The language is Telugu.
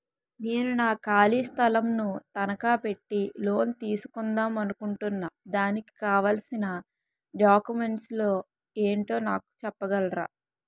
నేను నా ఖాళీ స్థలం ను తనకా పెట్టి లోన్ తీసుకుందాం అనుకుంటున్నా దానికి కావాల్సిన డాక్యుమెంట్స్ ఏంటో నాకు చెప్పగలరా?